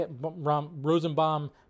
Rosenbaum